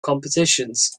competitions